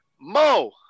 Mo